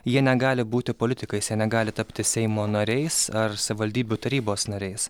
jie negali būti politikais negali tapti seimo nariais ar savivaldybių tarybos nariais